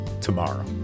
tomorrow